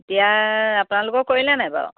এতিয়া আপোনালোকৰ কৰিলে নাই বাৰু